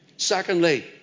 Secondly